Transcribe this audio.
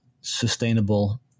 sustainable